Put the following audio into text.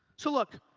so look,